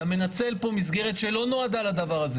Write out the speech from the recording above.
אתה מנצל פה מסגרת שלא נועדה לדבר הזה.